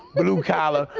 blue collar,